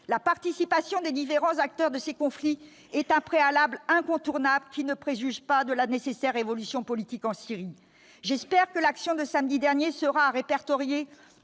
La participation des différents acteurs de ces conflits est un préalable incontournable, qui ne préjuge pas de la nécessaire évolution politique en Syrie. J'espère que l'action de samedi dernier sera à répertorier